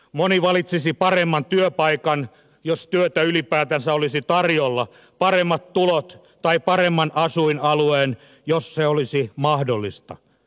moni valitsisi paremman työpaikan jos työtä ylipäätänsä olisi tarjolla paremmat tulot tai paremman asuinalueen jos se olisi mahdollista